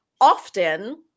often